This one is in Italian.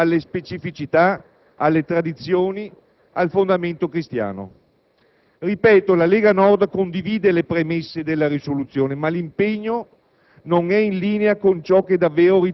che vogliamo un'Europa più attenta alle specificità, alle tradizioni e al fondamento cristiano. Ripeto, la Lega Nord condivide le premesse della risoluzione, ma l'impegno